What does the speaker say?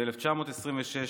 ב-1926,